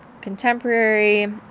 contemporary